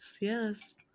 Yes